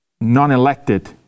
non-elected